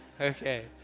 Okay